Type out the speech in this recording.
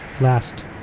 last